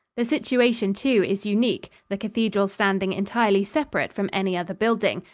the situation, too, is unique, the cathedral standing entirely separate from any other building,